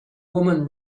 woman